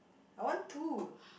I want two